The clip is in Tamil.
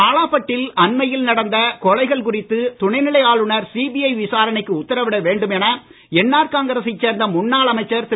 காலாபட்டில் அண்மையில் நடந்த கொலைகள் குறித்து துணைநிலை ஆளுநர் சிபிஐ விசாரணைக்கு உத்தரவிட வேண்டும் என என்ஆர் காங்கிரசை சேர்ந்த முன்னாள் அமைச்சர் திரு